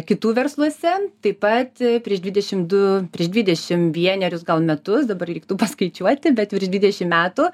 kitų versluose taip pat prieš dvidešim du prieš dvidešim vienerius gal metus dabar reiktų paskaičiuoti bet virš dvidešim metų